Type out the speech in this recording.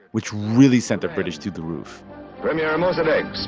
which really sent the british through the roof premier mossadegh,